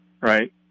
right